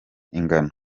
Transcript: ingano